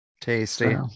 Tasty